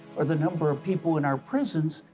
or the number of people in our prisons,